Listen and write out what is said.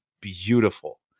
beautiful